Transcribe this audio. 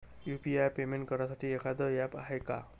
UPI payment करासाठी एखांद app हाय का?